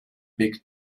big